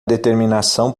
determinação